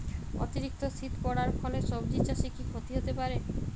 অতিরিক্ত শীত পরার ফলে সবজি চাষে কি ক্ষতি হতে পারে?